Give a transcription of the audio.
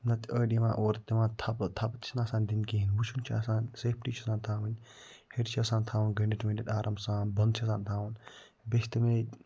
نَتہٕ أڑۍ یِوان اورٕ دِوان تھَپہٕ تھَپہٕ تہِ چھِنہٕ آسان دِنہِ کِہیٖنۍ وٕچھُن چھِ آسان سیفٹی چھِ آسان تھاوٕنۍ ہیٚرِ چھِ آسان تھاوُن گٔنٛڈِتھ ؤنٛڈِتھ آرام سان بۄنہٕ چھِ آسان تھاوُن بیٚیہِ چھِ تِم ییٚتہِ